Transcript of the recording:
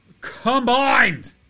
Combined